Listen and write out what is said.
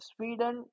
Sweden